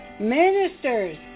ministers